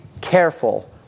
careful